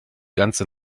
ganze